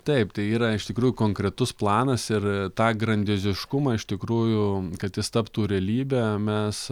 taip tai yra iš tikrųjų konkretus planas ir tą grandioziškumą iš tikrųjų kad jis taptų realybe mes